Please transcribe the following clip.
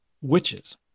witches